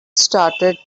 started